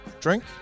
Drink